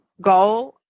goal